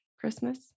Christmas